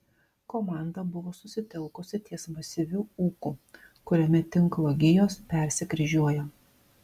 komanda buvo susitelkusi ties masyviu ūku kuriame tinklo gijos persikryžiuoja